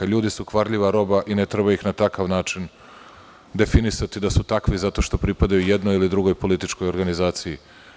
Ljudi su kvarljiva roba i ne treba ih na takav način definisati da su takvi zato što pripadaju jednoj ili drugoj političkoj organizaciji.